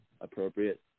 appropriate